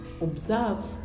observe